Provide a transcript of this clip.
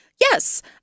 Yes